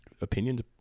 opinions